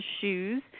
shoes